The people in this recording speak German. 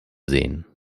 sehen